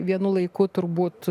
vienu laiku turbūt